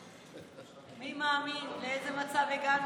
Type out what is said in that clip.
מי מאמין לאיזה מצב הגענו.